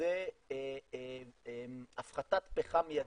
זה הפחתת פחם מיידית.